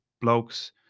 blokes